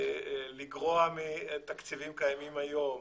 לגרוע מתקציבים קיימים היום,